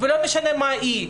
ולא משנה מה היא.